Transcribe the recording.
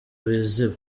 biziba